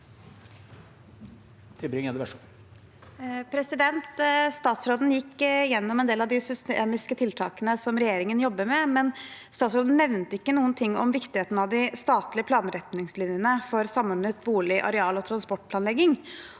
Stats- råden gikk gjennom en del av de systemiske tiltakene som regjeringen jobber med, men han nevnte ikke noe om viktigheten av de statlige planretningslinjene for samordnet bolig-, areal- og transportplanlegging.